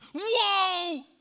Whoa